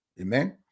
Amen